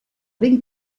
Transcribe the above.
ben